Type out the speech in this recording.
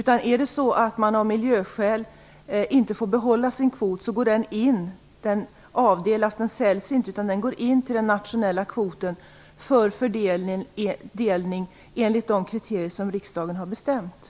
Om man av miljöskäl inte får behålla sin kvot, så avdelas eller säljs den inte, utan den går in i den nationella kvoten för fördelning enligt de kriterier som riksdagen har beslutat.